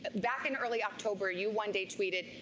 back in early october, you one day tweeted,